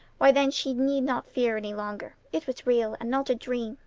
why, then she need not fear any longer. it was real, and not a dream,